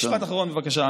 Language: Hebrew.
משפט אחרון, בבקשה.